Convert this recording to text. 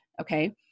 okay